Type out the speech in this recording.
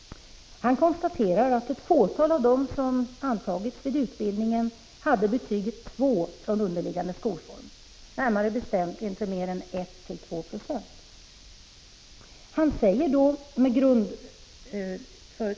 Han konstaterar i rapporten att endast ett fåtal av dem som antagits till utbildning, mellan 1 och 2 96, har betyget 2 från underliggande skolform.